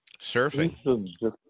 Surfing